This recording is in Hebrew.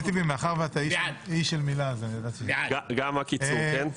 גם ההצמדה וגם הקיצור.